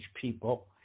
people